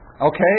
okay